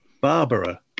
Barbara